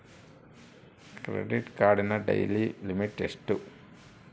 Credit ಕಾರ್ಡಿನ daily limit ಎಷ್ಟು?